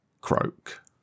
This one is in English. Croak